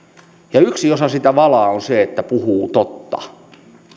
ja yksi osa sitä valaa on se että puhuu totta